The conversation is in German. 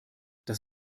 das